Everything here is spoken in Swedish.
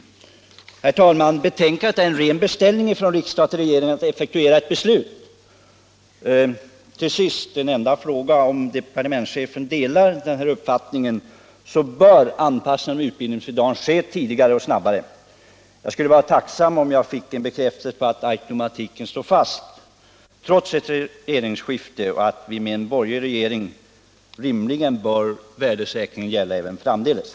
Betänk att det är fråga om en ren beställning från riksdagen till regeringen att denna skall effektuera ett riksdagsbeslut. Till sist en fråga om departementschefen delar uppfattningen att anpassningen av utbildningsbidragen bör ske tidigare och snabbare. Jag skulle vara tacksam om jag fick en bekräftelse på att automatiken står fast trots regeringsskiftet och att värdesäkringen kommer att gälla framdeles även under en borgerlig regering.